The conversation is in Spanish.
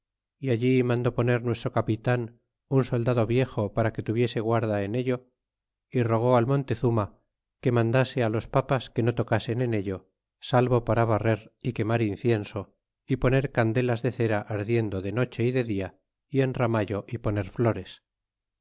y allí mandó poner nuestro capitan un sodado viejo para que tuviese guarda en ello y rogó al montezuma que mandase á los papas que no tocasen en ello salvo para barrer y quemar incienso y poner candelas de cera ardiendo de noche y de dia y enraman y poner llores